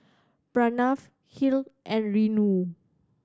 Pranav Hri and Renu